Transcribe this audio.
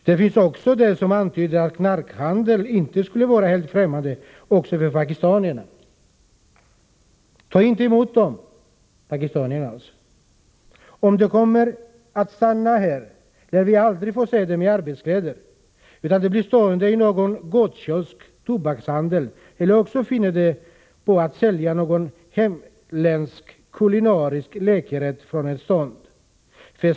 Det finns även de som antyder att knarkhandel inte skulle vara helt fträmmande för pakistanierna. Ta inte emot dem. Om de kommer att stanna här lär vi aldrig få se dem i arbetskläder, utan de blir stående i någon gottkiosk eller tobakshandel, eller också finner de på att sälja någon inhemsk, kulinarisk läckerhet från ett stånd.